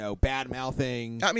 bad-mouthing